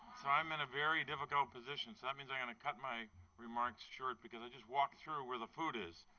so i'm in a very difficult position. so that means i'm going to cut my remarks short because i just walked through where the food is.